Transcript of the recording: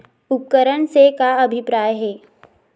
उपकरण से का अभिप्राय हे?